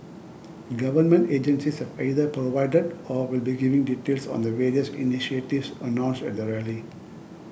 government agencies have either provided or will be giving details on the various initiatives announced at the rally